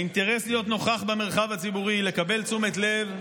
האינטרס להיות נוכח במרחב הציבורי, לקבל תשומת לב,